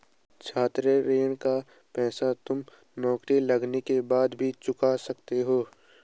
छात्र ऋण का पैसा तुम नौकरी लगने के बाद भी चुका सकते हो